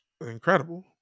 incredible